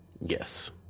Yes